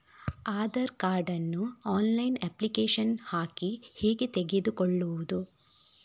Aadhaar card ನ್ನು online application ಹಾಕಿ ಹೇಗೆ ತೆಗೆದುಕೊಳ್ಳುವುದು?